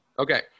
Okay